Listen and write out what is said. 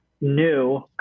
new